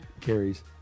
carries